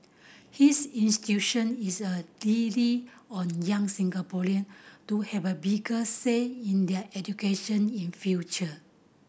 his is a really on young Singaporean to have a bigger say in their education in future